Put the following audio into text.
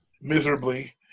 miserably